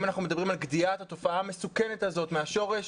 אם אנחנו מדברים על גדיעת התופעה המסוכנת הזאת מהשורש,